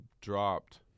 dropped